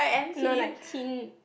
no like thin